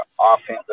offensive